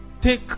take